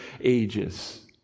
ages